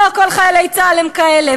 לא כל חיילי צה"ל הם כאלה.